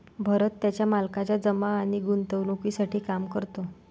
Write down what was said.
भरत त्याच्या मालकाच्या जमा आणि गुंतवणूकीसाठी काम करतो